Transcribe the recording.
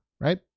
right